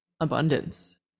abundance